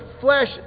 flesh